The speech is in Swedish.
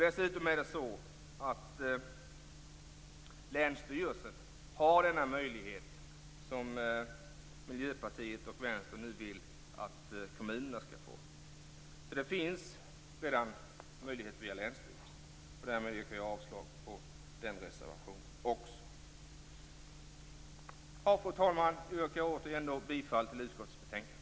Dessutom har länsstyrelsen den möjlighet som Miljöpartiet och Vänsterpartiet nu vill att kommunerna skall få. Det finns redan möjlighet via länsstyrelsen. Därmed yrkar jag avslag på den reservationen också. Fru talman! Jag yrkar bifall till hemställan i utskottets betänkande.